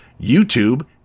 YouTube